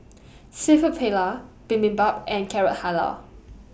Seafood Paella Bibimbap and Carrot Halwa